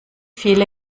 viele